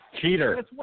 Cheater